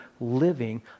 living